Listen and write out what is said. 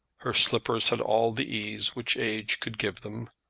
her slippers had all the ease which age could give them,